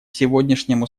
сегодняшнему